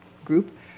group